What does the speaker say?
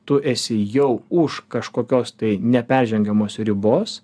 tu esi jau už kažkokios tai neperžengiamos ribos